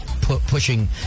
pushing